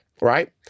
right